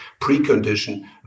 precondition